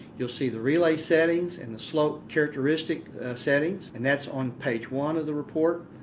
you'll see the relay settings and the slope characteristic settings and that's on page one of the report.